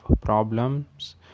problems